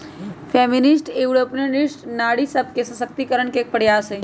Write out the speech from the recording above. feminist entrepreneurship नारी सशक्तिकरण के एक प्रयास हई